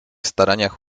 staraniach